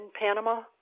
Panama